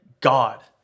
God